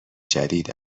جدید